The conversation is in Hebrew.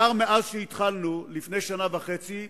מאז שהתחלנו, לפני שנה וחצי,